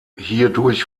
hierdurch